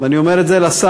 ואני אומר את זה לשר,